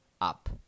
up